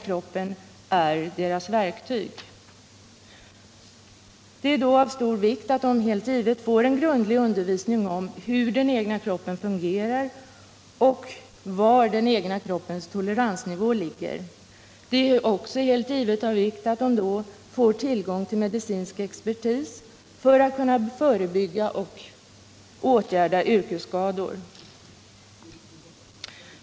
Det är därför av stor vikt att de får en grundlig undervisning om hur den egna kroppen fungerar och var den egna kroppens toleransnivå ligger. Givetvis är det också av vikt att de får tillgång till medicinsk expertis för att kunna förebygga och åtgärda yrkesskador.